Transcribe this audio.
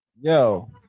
Yo